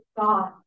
God